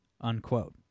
Unquote